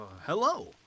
Hello